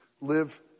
live